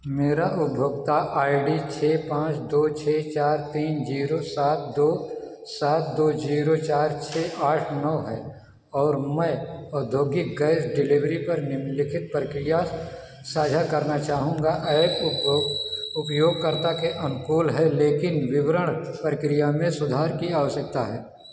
मेरी उपभोक्ता I D छः पाँच दो छः चार तीन जीरो सात दो सात दो जीरो चार छः आठ नौ है और मैं औद्योगिक गैस डिलीवरी पर निम्नलिखित प्रक्रिया साझा करना चाहूंगा ऐप उपयोगकर्ता के अनुकूल है लेकिन वितरण प्रक्रिया में सुधार की आवश्यकता है